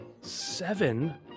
seven